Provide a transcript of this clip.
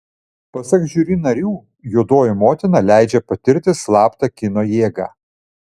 pasak žiuri narių juodoji motina leidžia patirti slaptą kino jėgą